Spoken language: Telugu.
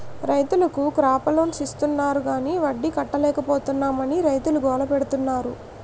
రైతులకు క్రాప లోన్స్ ఇస్తాన్నారు గాని వడ్డీ కట్టలేపోతున్నాం అని రైతులు గోల పెడతన్నారు